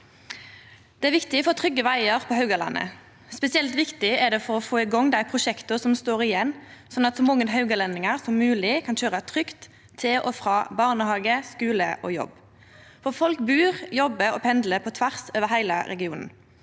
Det er viktig for trygge vegar på Haugalandet. Spesielt viktig er det for å få i gang dei prosjekta som står igjen, sånn at så mange haugalendingar som mogleg kan køyra trygt til og frå barnehage, skule og jobb. Folk bur, jobbar og pendlar på tvers over heile regionen.